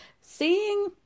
Seeing